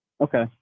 Okay